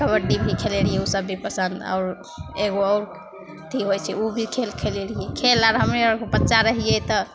कबड्डी भी खेलै रहिए ओसब भी पसन्द आओर एगो आओर अथी होइ छै ओ भी खेल खेलै रहिए खेल आओर हमे आओरके बच्चा रहिए तऽ